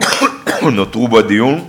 נותרו בדיון,